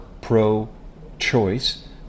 pro-choice